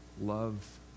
love